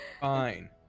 Fine